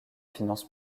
finances